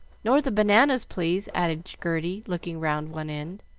nor the bananas, please! added gerty, looking round one end.